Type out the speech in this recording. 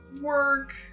work